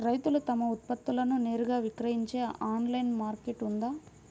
రైతులు తమ ఉత్పత్తులను నేరుగా విక్రయించే ఆన్లైను మార్కెట్ ఉందా?